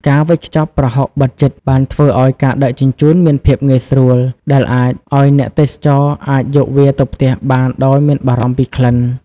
ការវេចខ្ចប់ប្រហុកបិទជិតបានធ្វើឱ្យការដឹកជញ្ជូនមានភាពងាយស្រួល ដែលអាចឱ្យអ្នកទេសចរណ៍អាចយកវាទៅផ្ទះបានដោយមិនបារម្ភពីក្លិន។